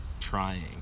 trying